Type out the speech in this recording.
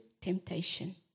temptation